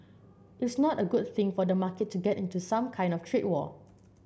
it's not a good thing for the market to get into some kind of trade war